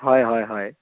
হয় হয়